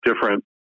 different